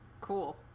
Cool